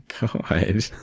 God